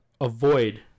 avoid